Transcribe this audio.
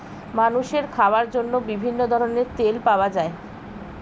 মানুষের খাওয়ার জন্য বিভিন্ন ধরনের তেল পাওয়া যায়